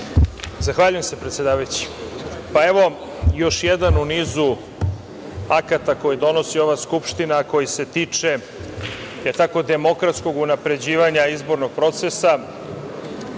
Zahvaljujem se, predsedavajući. Evo još jedan u nizu akata koji donosi ova Skupština, a koji se tiče demokratskog unapređivanja izbornog procesa.